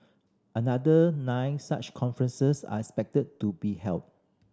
another nine such conferences are expected to be held